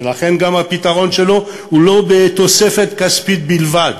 ולכן גם הפתרון שלו הוא לא בתוספת כספית בלבד,